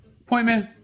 appointment